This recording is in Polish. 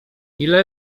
ile